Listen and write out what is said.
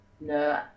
no